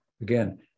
Again